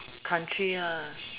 country